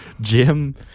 Jim